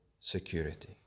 security